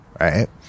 right